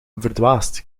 verdwaasd